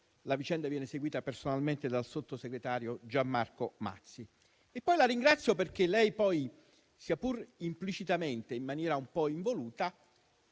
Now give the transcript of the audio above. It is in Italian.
(la vicenda viene seguita personalmente dal sottosegretario Gianmarco Mazzi). La ringrazio inoltre perché lei, sia pur implicitamente ed in maniera un po' involuta,